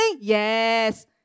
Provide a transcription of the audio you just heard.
Yes